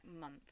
month